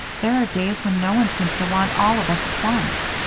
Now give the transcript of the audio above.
there are days when no one seems to want all of us at once.